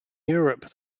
europe